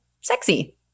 sexy